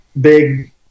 big